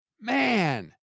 man